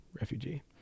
refugee